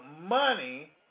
money